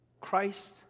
Christ